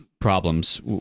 problems